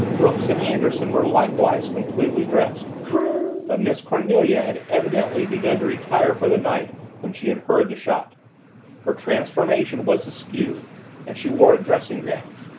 brooks and anderson were likewise completely dressed but miss cornelia had evidently begun to retire for the night when she had heard the shot her transformation was askew and she wore a dressing-gown.